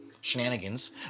shenanigans